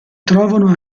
trovano